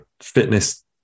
fitness